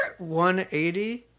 180